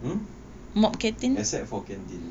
um except for canteen